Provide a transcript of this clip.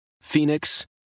Phoenix